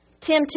Tim